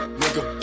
nigga